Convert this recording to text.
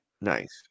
Nice